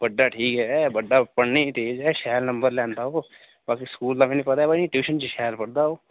बड्डा ठीक ऐ बड्डा पढ़ने बी तेज़ ऐ शैल नंबर लैंदा ओह् बाकी स्कूल दा मिगी पता निं पर ट्यूशन च शैल पढ़दा ओह्